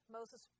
Moses